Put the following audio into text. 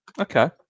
Okay